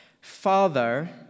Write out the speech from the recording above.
Father